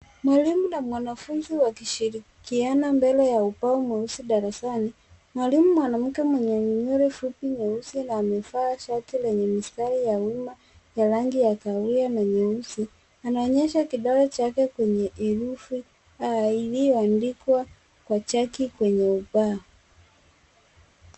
Mwalimu na mwanafunzi wakishirikiana mbele ya ubao mweusi darasani, mwalimu mwanamke mwenye nywele fupi nyeusi na amevaa shati lenye mistari ya umma ya rangi ya kahawia na nyeusi. Anaonyesha kidole chake kwenye erufi, a, iliyo andikwa kwa chaki kwenye ubao.